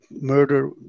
murder